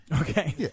Okay